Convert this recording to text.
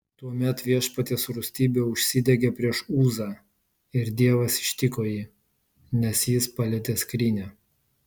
tuomet viešpaties rūstybė užsidegė prieš uzą ir dievas ištiko jį nes jis palietė skrynią